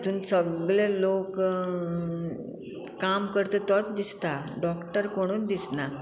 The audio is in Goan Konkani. तितून सगले लोक काम करता तोच दिसता डॉक्टर कोणूच दिसना